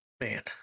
Man